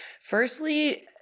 Firstly